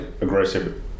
aggressive